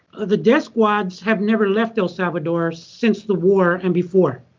the desk squads have never left el salvador since the war and before.